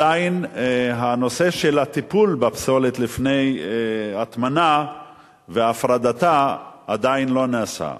הנושא של הטיפול בפסולת לפני הטמנה והפרדתה עדיין לא נעשה.